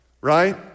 right